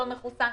לא מחוסן.